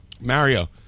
Mario